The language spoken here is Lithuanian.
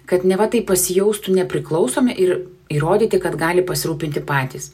kad neva tai pasijaustų nepriklausomi ir įrodyti kad gali pasirūpinti patys